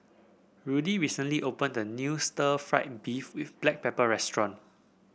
Rudy recently opened a new stir fry beef with Black Pepper restaurant